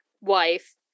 wife